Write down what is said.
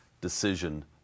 decision